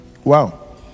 wow